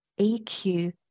EQ